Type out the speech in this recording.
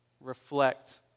reflect